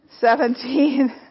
Seventeen